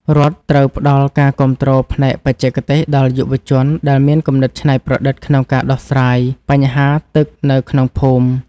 រដ្ឋត្រូវផ្តល់ការគាំទ្រផ្នែកបច្ចេកទេសដល់យុវជនដែលមានគំនិតច្នៃប្រឌិតក្នុងការដោះស្រាយបញ្ហាទឹកនៅក្នុងភូមិ។